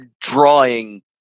Drawing